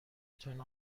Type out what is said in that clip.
تان